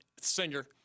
singer